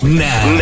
now